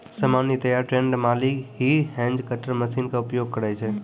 सामान्यतया ट्रेंड माली हीं हेज कटर मशीन के उपयोग करै छै